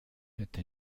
hätte